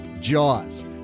Jaws